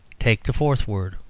take the fourth word,